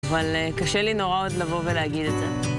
אבל... קשה לי נורא עוד לבוא ולהגיד את זה.